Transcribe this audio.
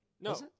no